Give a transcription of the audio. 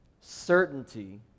certainty